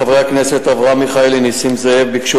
חברי הכנסת אברהם מיכאלי ונסים זאב ביקשו